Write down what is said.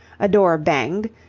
a door banged,